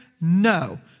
No